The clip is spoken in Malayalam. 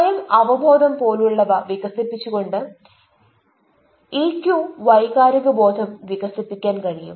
സ്വയം അവബോധം പോലുള്ളവ വികസിപ്പിച്ചുകൊണ്ട് ഇക്യു EQ വൈകാരിക ബോധം വികസിപ്പിക്കാൻ കഴിയും